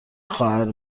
خواهر